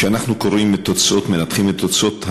כשאנחנו מנתחים את תוצאות המיצ"ב,